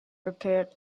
prepared